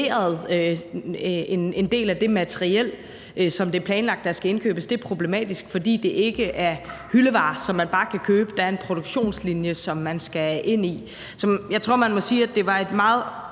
en del af det materiel, som det er planlagt der skal indkøbes, er problematisk, fordi det ikke er hyldevarer, som man bare kan købe. Der er en produktionslinje, som man skal ind i. Så jeg tror, man må sige, at det var et meget,